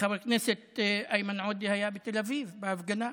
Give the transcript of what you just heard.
חבר הכנסת איימן עודה היה בתל אביב בהפגנה.